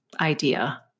idea